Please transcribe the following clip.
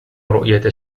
رؤية